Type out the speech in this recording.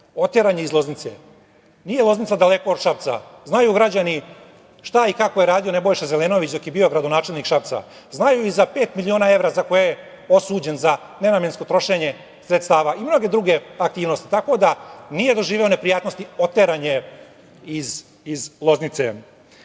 Oteran je iz Loznice. Nije Loznica daleko od Šapca, znaju građani šta i kako je radio Nebojša Zelenović dok je bio gradonačelnik Šapca. Znaju i za pet miliona evra za koje je osuđen, za nenamensko trošenje sredstava i mnoge druge aktivnosti. Tako da, nije doživeo neprijatnosti, oteran je iz Loznice.S